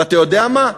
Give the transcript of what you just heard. ואתה יודע מה,